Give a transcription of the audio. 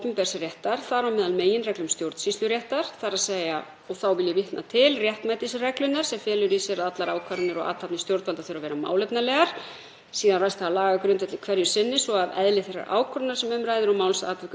Síðan ræðst það af lagagrundvelli hverju sinni og eðli þeirrar ákvörðunar sem um ræðir og málsatvikum hvaða sjónarmið teljast málefnaleg. Ég get nefnt í því samhengi að málefnaleg sjónarmið geta t.d. verið þau ef úrslit málsins hafa verulegt almennt gildi, fordæmisgildi,